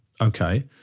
okay